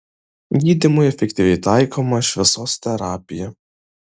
gydymui efektyviai taikoma šviesos terapija